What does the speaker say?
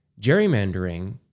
Gerrymandering